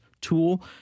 tool